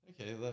Okay